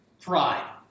pride